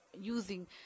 using